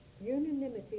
Unanimity